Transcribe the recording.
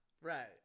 Right